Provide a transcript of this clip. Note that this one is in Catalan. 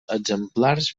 exemplars